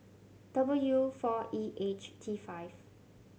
W four E H T five